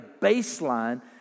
baseline